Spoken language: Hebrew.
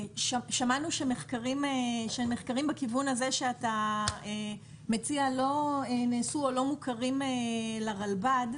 שמענו שמחקרים בכיוון הזה שאתה מציע לא נעשו או לא מוכרים לרלב"ד.